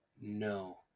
No